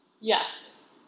Yes